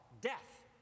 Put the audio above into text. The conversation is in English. death